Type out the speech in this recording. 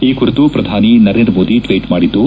ಈ ಕುರಿತು ಪ್ರಧಾನಿ ನರೇಂದ್ರ ಮೋದಿ ಟ್ವೀಟ್ ಮಾಡಿದ್ದು